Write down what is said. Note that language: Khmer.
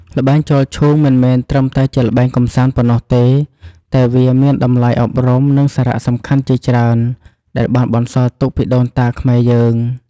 ល្បែង ចោលឈូង មិនមែនត្រឹមតែជាល្បែងកម្សាន្តប៉ុណ្ណោះទេ តែវាមាន តម្លៃអប់រំ និងសារៈសំខាន់ជាច្រើន ដែលបានបន្សល់ទុកពីដូនតាខ្មែរយើង។